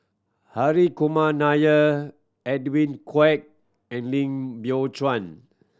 Hari Kumar Nair Edwin Koek and Lim Biow Chuan